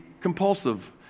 compulsive